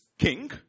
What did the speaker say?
King